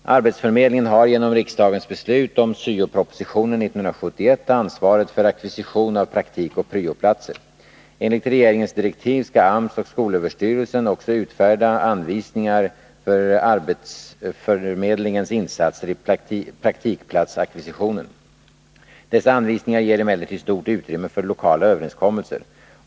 Arbetsförmedlingen har genom riksdagens beslut om syo-propositionen 1971 ansvaret för ackvisition av praktikoch pryo-platser. Enligt regeringens direktiv skall AMS och skolöverstyrelsen också utfärda anvisningar för arbetsförmedlingens insatser i praktikplatsackvisitionen. Dessa anvisningar ger emellertid stort utrymme för lokala överenskommelser.